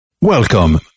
Welcome